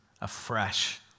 afresh